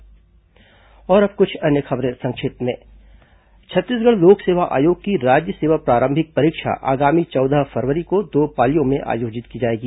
संक्षिप्त समाचार अब कुछ अन्य खबरें संक्षिप्त में छत्तीसगढ़ लोक सेवा आयोग की राज्य सेवा प्रारंभिक परीक्षा आगामी चौदह फरवरी को दो पालियों में आयोजित की जाएगी